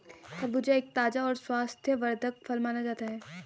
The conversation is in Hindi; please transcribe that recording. खरबूजा एक ताज़ा और स्वास्थ्यवर्धक फल माना जाता है